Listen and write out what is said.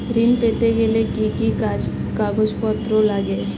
ঋণ পেতে গেলে কি কি কাগজপত্র লাগে?